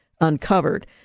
uncovered